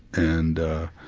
and ah,